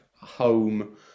home